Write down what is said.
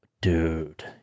dude